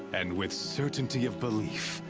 and with certainty of belief.